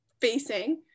facing